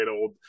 old